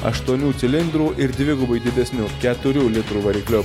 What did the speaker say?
aštuonių cilindrų ir dvigubai didesniu keturių litrų varikliu